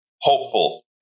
hopeful